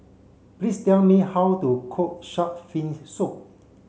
please tell me how to cook shark fin soup